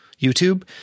YouTube